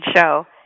show